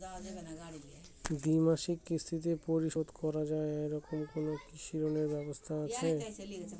দ্বিমাসিক কিস্তিতে পরিশোধ করা য়ায় এরকম কোনো কৃষি ঋণের ব্যবস্থা আছে?